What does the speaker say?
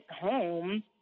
home